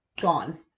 Gone